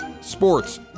sports